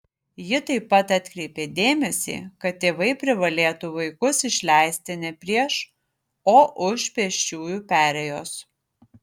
ji taip pat atkreipė dėmesį kad tėvai privalėtų vaikus išleisti ne prieš o už pėsčiųjų perėjos